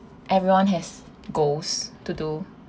everyone has goals to do